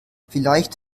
vielleicht